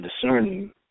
discerning